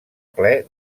ple